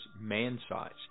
man-sized